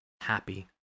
happy